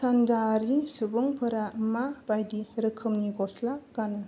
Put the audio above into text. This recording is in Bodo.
सानजायारि सुबुंफोरा मा बायदि रोखोमनि गस्ला गानो